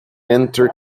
inter